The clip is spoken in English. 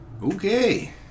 okay